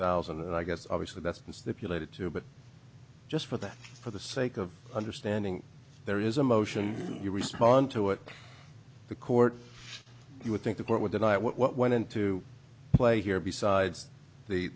thousand and i guess obviously that's the pilate too but just for that for the sake of understanding there is a motion to respond to what the court you would think the court would deny what went into play here besides the